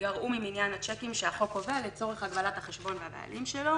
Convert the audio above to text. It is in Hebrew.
ייגרעו ממניין הצ'קים שהחוק קובע לצורך הגבלת החשבון והבעלים שלו.